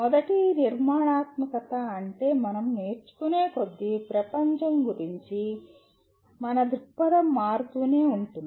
మొదటి నిర్మాణాత్మకత అంటే మనం నేర్చుకునే కొద్దీ ప్రపంచం గురించి మన దృక్పథం మారుతూనే ఉంటుంది